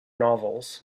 novels